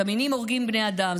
קמינים הורגים בני אדם,